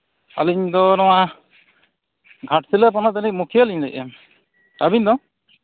ᱟᱹᱞᱤᱧᱫᱚ ᱱᱚᱣᱟ ᱜᱷᱟᱴᱥᱤᱞᱟᱹ ᱯᱚᱱᱚᱛ ᱨᱤᱱᱤᱡ ᱢᱩᱠᱷᱤᱭᱟᱹᱞᱤᱧ ᱞᱟᱹᱭᱮᱫᱼᱟ ᱟᱹᱵᱤᱱᱫᱚ